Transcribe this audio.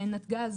ונתג"ז,